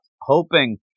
hoping –